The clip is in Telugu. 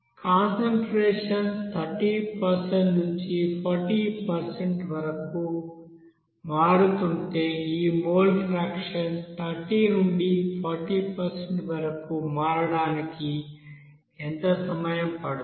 కాన్సంట్రేషన్ 30 నుండి 40 వరకు మారుతుంటే ఈ మోల్ ఫ్రాక్షన్30 నుండి 40 వరకు మారడానికి ఎంత సమయం పడుతుంది